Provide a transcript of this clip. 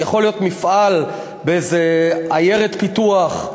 כי יכול להיות מפעל באיזו עיירת פיתוח,